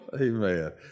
Amen